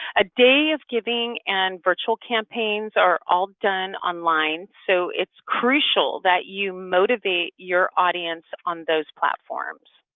a day of giving and virtual campaigns are all done online. so it's crucial that you motivate your audience on those platforms.